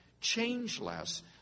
changeless